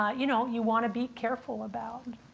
ah you know you want to be careful about.